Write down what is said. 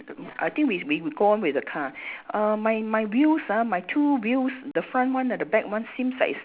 I think we we go on with the car err my my wheels ah my two wheels the front one and the back one seems like it's